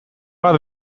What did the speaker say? bat